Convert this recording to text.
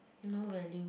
no value